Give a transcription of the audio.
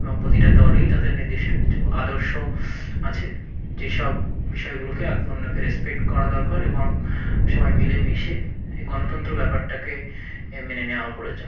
এবং প্রতিটা দলই তাদের নিদিষ্ট কিছু আদর্শ আছে যেসব বিষয়গুলোকে একে অন্যকে রেসপেক্ট করা দরকার এবং সবাই মিলেমিশে এ গণতন্ত্র ব্যাপারটাকে মেনে নেওয়ার প্রয়োজন